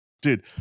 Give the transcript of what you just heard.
Dude